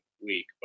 week